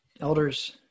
elders